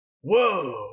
whoa